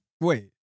Wait